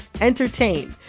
entertain